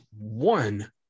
one